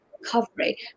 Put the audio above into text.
recovery